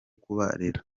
kubarera